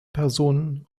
personen